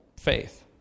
faith